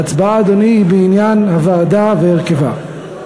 ההצבעה, אדוני, היא בעניין הוועדה והרכבה.